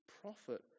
prophet